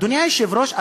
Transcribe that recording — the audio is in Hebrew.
אדוני היושב-ראש,